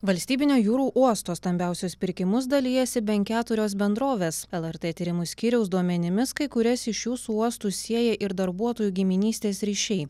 valstybinio jūrų uosto stambiausios pirkimus dalijasi bent keturios bendrovės lrt tyrimų skyriaus duomenimis kai kurias iš jų su uostu sieja ir darbuotojų giminystės ryšiai